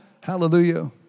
Hallelujah